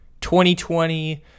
2020